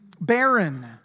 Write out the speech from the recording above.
barren